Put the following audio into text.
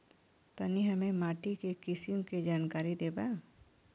तनि हमें माटी के किसीम के जानकारी देबा?